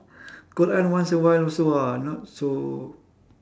quran once in awhile also ah not so